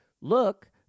Look